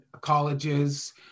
colleges